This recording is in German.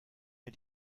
mir